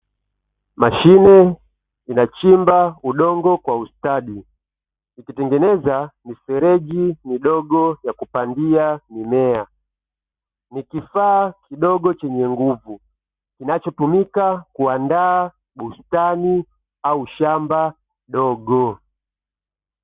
Mashine inachimba udongo kwa ustadi ikitengeneza mifereji midogo ya kupandia mimea. Ni kifaa kidogo chenye nguvu kinachotumika kuandaa bustani au shamba dogo.